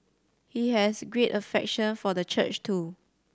he has great affection for the church too